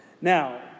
Now